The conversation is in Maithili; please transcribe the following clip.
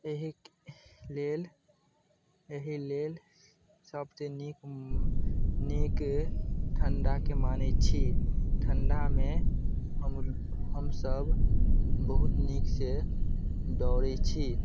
एहि लेल एहि लेल सबसे नीक नीक ठण्डाके मानै छी ठण्डामे हम हमसभ बहुत नीकसँ दौड़ै छी